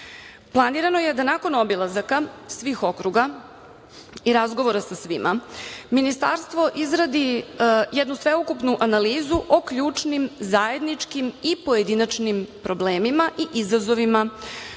Senjač. Planirano je da nakon obilazaka svih okruga i razgovora sa svima Ministarstvo izradi jednu sveukupnu analizu o ključnim, zajednički i pojedinačnim problemima i izazovima